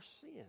sin